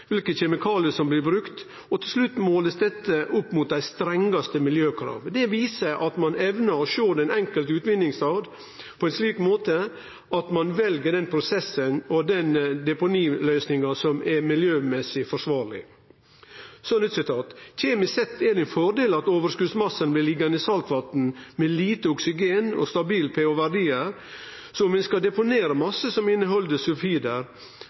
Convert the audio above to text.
kjemikaliar som blir brukte. Til slutt blir dette målt opp mot dei strengaste miljøkrav. Det viser at ein evner å sjå den enkelte utvinningsstaden på ein slik måte at ein vel den prosessen og den deponiløysinga som er miljømessig forsvarleg. Så eit nytt sitat: «Kjemisk sett er det fordeler med at overskuddsmassene blir liggende i saltvann hvor det er lite oksygen og stabil pH-verdi. Hvis du skal deponere masser som inneholder sulfider,